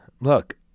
look